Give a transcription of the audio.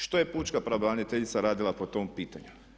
Što je pučka pravobraniteljica radila po tom pitanju?